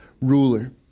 ruler